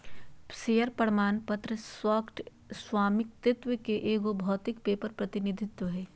share प्रमाण पत्र stock स्वामित्व के एगो भौतिक पेपर प्रतिनिधित्व हइ